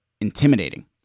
intimidating